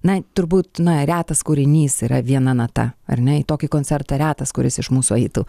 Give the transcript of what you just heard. na turbūt na retas kūrinys yra viena nata ar ne į tokį koncertą retas kuris iš mūsų eitų